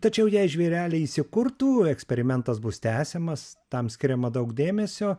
tačiau jei žvėreliai įsikurtų eksperimentas bus tęsiamas tam skiriama daug dėmesio